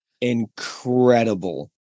incredible